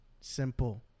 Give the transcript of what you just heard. simple